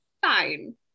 fine